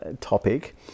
topic